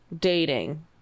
Dating